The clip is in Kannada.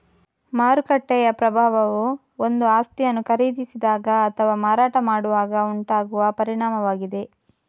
ಮಾರುಕಟ್ಟೆಯ ಪ್ರಭಾವವು ಒಂದು ಆಸ್ತಿಯನ್ನು ಖರೀದಿಸಿದಾಗ ಅಥವಾ ಮಾರಾಟ ಮಾಡುವಾಗ ಉಂಟಾಗುವ ಪರಿಣಾಮವಾಗಿದೆ